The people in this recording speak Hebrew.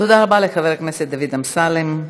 תודה רבה לחבר הכנסת דוד אמסלם.